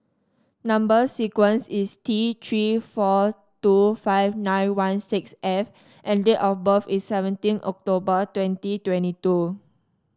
number sequence is T Three four two five nine one six F and date of birth is seventeen October twenty twenty two